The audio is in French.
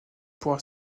pourra